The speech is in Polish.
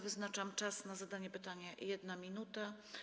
Wyznaczam czas na zadanie pytania - 1 minuta.